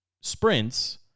sprints